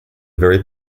very